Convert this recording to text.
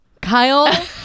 Kyle